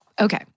Okay